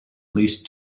least